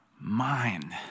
mind